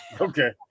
Okay